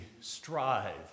strive